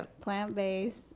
plant-based